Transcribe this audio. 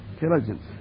Intelligence